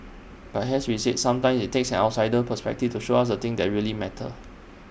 but as we said sometimes IT takes an outsider's perspective to show us the things that really matter